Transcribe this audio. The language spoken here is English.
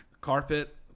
Carpet